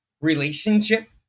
relationship